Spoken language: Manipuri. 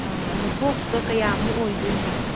ꯑꯥ ꯑꯗꯣ ꯕꯣꯛꯁꯇꯣ ꯀꯌꯥꯃꯨꯛ ꯑꯣꯏꯗꯣꯏꯅꯣ